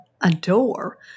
adore